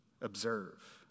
observe